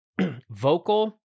vocal